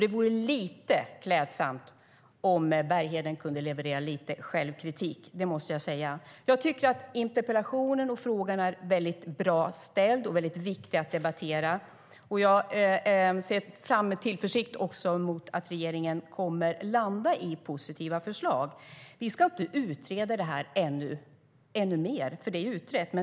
Det vore lite klädsamt om Bergheden kunde leverera aningen självkritik, måste jag säga. Jag tycker att interpellationen och frågorna är bra och viktiga att debattera och ser med tillförsikt fram emot att regeringen kommer att landa i positiva förslag. Vi ska inte utreda frågan ännu mer, för den är utredd.